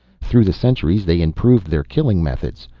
through the centuries they improved their killing methods,